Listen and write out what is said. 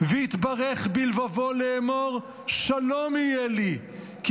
"והתברך בלבבו לֵאמֹר: שלום יהיה לי כי